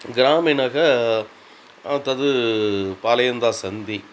ग्रामिणः तद् पालयन्तस्सन्ति